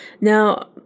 Now